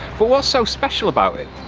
but what's so special about it?